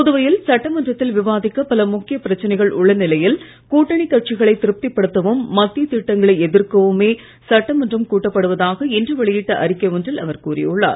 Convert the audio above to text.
புதுவையில் சட்டமன்றத்தில் விவாதிக்க பல முக்கியப் பிரச்னைகள் உள்ள நிலையில் கூட்டணி கட்சிகளை திருப்திப்படுத்தவும் மத்திய திட்டங்களை எதிர்க்கவுமே சட்டமன்றம் கூட்டப்படுவதாக இன்று வெளியிட்டு அறிக்கை ஒன்றில் அவர் கூறியுள்ளார்